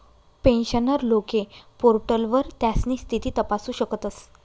pensioner लोके पोर्टलवर त्यास्नी स्थिती तपासू शकतस